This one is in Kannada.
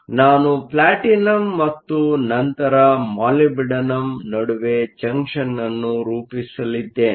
ಆದ್ದರಿಂದ ನಾನು ಪ್ಲಾಟಿನಂ ಮತ್ತು ನಂತರ ಮಾಲಿಬ್ಡಿನಮ್ ನಡುವೆ ಜಂಕ್ಷನ್ ಅನ್ನು ರೂಪಿಸಲಿದ್ದೇನೆ